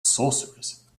sorcerers